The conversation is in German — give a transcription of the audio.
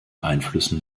einflüssen